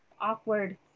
awkward